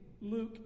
Luke